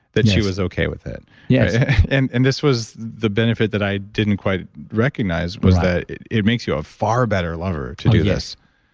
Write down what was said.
that she was okay with it yes yeah and and this was the benefit that i didn't quite recognize was that it makes you a far better lover to do this